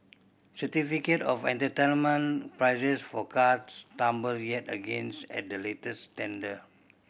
certificate of entitlement prices for cars tumbled yet against at the latest tender